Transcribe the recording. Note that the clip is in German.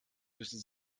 müssen